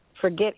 Forget